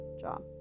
job